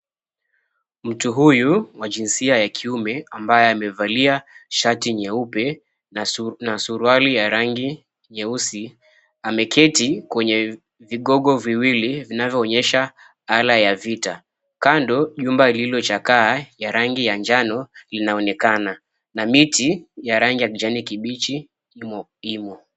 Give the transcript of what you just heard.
Mtu huyu wa jinsia ya kiume ambaye amevalia shati nyeupe na suruali ya rangi nyeusi, ameketi kwenye vigogo viwili vinavyo onyesha ala ya vita. Kando, nyumba lililochakaa ya rangi ya njano linaonekana na miti ya rangi ya kijani kibichi imo.